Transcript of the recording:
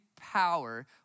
power